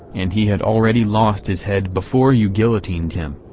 and he had already lost his head before you guillotined him.